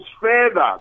further